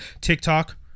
TikTok